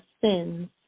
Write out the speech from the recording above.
sins